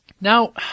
Now